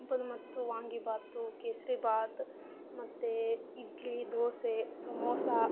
ಬಂದು ಮತ್ತು ವಾಂಗಿಬಾತು ಕೇಸ್ರಿಬಾತು ಮತ್ತು ಇಡ್ಲಿ ದೋಸೆ ಸಮೋಸ